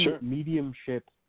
mediumship